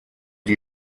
die